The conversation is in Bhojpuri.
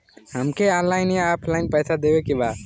हमके ऑनलाइन या ऑफलाइन पैसा देवे के बा?